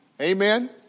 amen